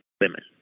women